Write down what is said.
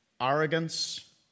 arrogance